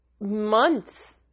months